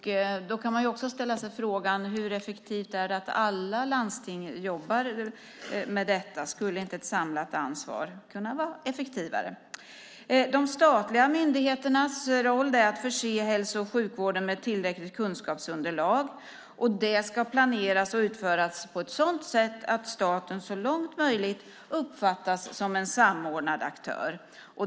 Man kan då också ställa sig frågan: Hur effektivt är det att alla landsting jobbar med detta - skulle inte ett samlat ansvar vara effektivare? De statliga myndigheternas roll är att förse hälso och sjukvården med tillräckligt kunskapsunderlag. Och detta ska planeras och utföras på ett sådant sätt att staten så långt möjligt uppfattas som en samordnad aktör.